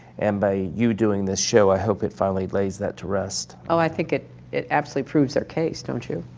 and by you doing this show i hope it finally lays that to rest. oh, i think it it absolutely proves their case. don't you?